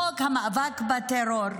חוק המאבק בטרור,